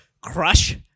crush